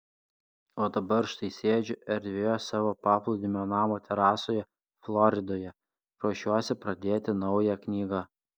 o dabar štai sėdžiu erdvioje savo paplūdimio namo terasoje floridoje ruošiuosi pradėti naują knygą